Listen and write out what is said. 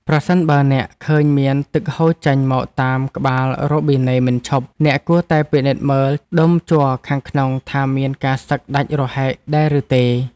ប្រសិនបើអ្នកឃើញមានទឹកហូរចេញមកតាមក្បាលរ៉ូប៊ីណេមិនឈប់ អ្នកគួរតែពិនិត្យមើលដុំជ័រខាងក្នុងថាមានការសឹកដាច់រហែកដែរឬទេ។